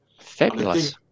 Fabulous